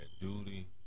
duty